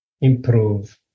improve